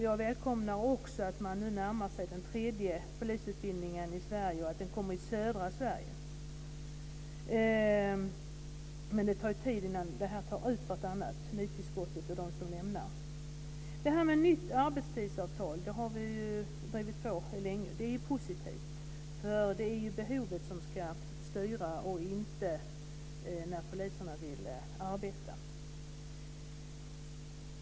Jag välkomnar också att man nu närmar sig den tredje polisutbildningen i Sverige, och att den kommer i södra Sverige. Men det tar tid innan det tar ut vartannat - nytillskottet och de som lämnar yrket. Vi har drivit frågan om nytt arbetstidsavtal länge. Det är positivt - det är ju behovet som ska styra och inte när poliserna vill arbeta.